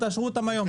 תאשרו אותן היום.